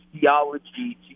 theology